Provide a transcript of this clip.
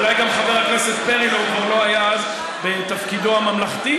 אולי גם חבר הכנסת פרי כבר לא היה אז בתפקידו הממלכתי,